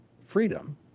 freedom